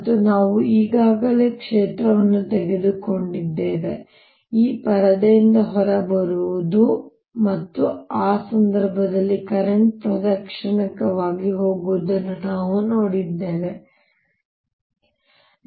ಮತ್ತು ನಾವು ಈಗಾಗಲೇ ಆ ಕ್ಷೇತ್ರವನ್ನು ತೆಗೆದುಕೊಂಡಿದ್ದೇವೆ ಈ ಪರದೆಯಿಂದ ಹೊರಬರುವುದು ಮತ್ತು ಆ ಸಂದರ್ಭದಲ್ಲಿ ಕರೆಂಟ್ ಪ್ರದಕ್ಷಿಣಾಕಾರವಾಗಿ ಹೋಗುವುದನ್ನು ನಾವು ನೋಡಿದ್ದೇವೆ ಅದು ವಿರೋಧಿಸುತ್ತದೆ